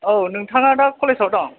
औ नोंथाङा दा कलेजआव दं